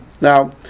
Now